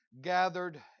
gathered